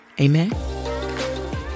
Amen